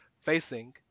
facing